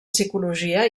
psicologia